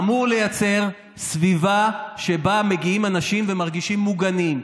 התו הירוק אמור לייצר סביבה שבה מגיעים אנשים ומרגישים מוגנים.